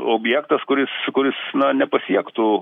objektas kuris kuris na nepasiektų